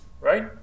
Right